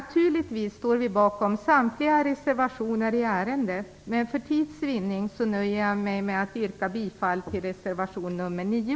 Naturligtvis står vi bakom samtliga reservationer i ärendet, men för tids vinnande nöjer jag mig med att yrka bifall till reservation 9.